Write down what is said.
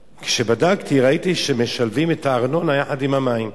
כשבדקתי ראיתי שמשלמים את הארנונה יחד עם המים.